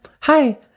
hi